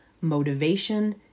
motivation